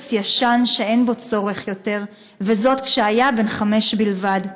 כחפץ ישן שאין בו צורך עוד כשהיה בן חמש בלבד.